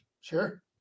Sure